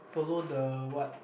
follow the what